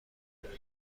مبتلا